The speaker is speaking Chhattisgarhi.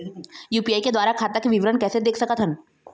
यू.पी.आई के द्वारा खाता के विवरण कैसे देख सकत हन?